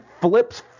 flips